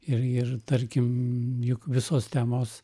ir ir tarkim juk visos temos